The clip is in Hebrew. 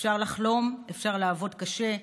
אפשר לחלום, אפשר לעבוד קשה,